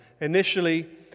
initially